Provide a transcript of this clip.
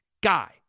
guy